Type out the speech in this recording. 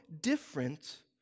different